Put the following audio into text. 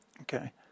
Okay